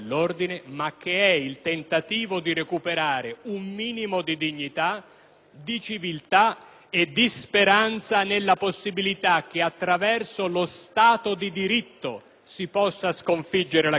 di civiltà e di speranza nella possibilità che, attraverso lo Stato di diritto, si possa sconfiggere la criminalità e non attraverso la punizione sistematica.